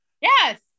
Yes